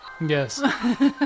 Yes